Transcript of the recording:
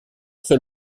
seul